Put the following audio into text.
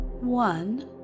One